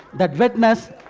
that wetness.